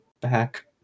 back